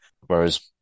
Whereas